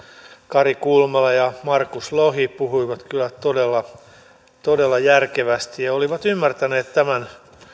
kari kulmala ja markus lohi puhuivat kyllä todella järkevästi ja olivat ymmärtäneet tämän aloitteen